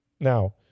Now